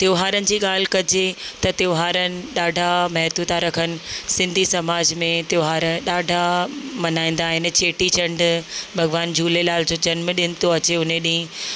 त्योहार जी ॻाल्हि कजे त त्योहार ॾाढा महत्व था रखनि सिंधी समाज में त्योहार ॾाढा मल्हाईंदा आहिनि चेटीचंडु भॻवानु झूलेलाल जो जनमदिन थो अचे उन ॾींहुं